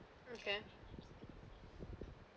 okay